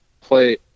play